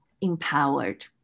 empowered